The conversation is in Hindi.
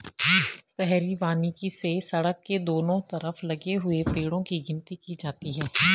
शहरी वानिकी से सड़क के दोनों तरफ लगे हुए पेड़ो की गिनती की जाती है